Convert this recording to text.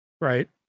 Right